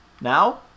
Now